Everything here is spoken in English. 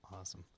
awesome